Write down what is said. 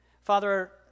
Father